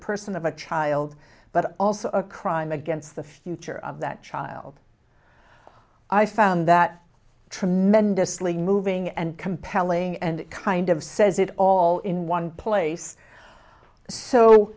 person of a child but also a crime against the future of that child i found that tremendously moving and compelling and kind of says it all in one place so